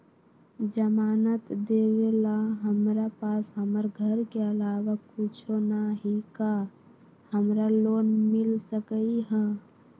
जमानत देवेला हमरा पास हमर घर के अलावा कुछो न ही का हमरा लोन मिल सकई ह?